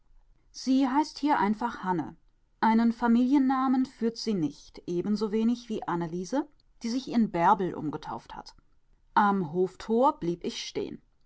sie heißt hier einfach hanne einen familiennamen führt sie nicht ebensowenig wie anneliese die sich in bärbel umgetauft hat am hoftor blieb ich stehen